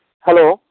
hello